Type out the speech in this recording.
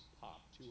pop